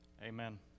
amen